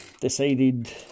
decided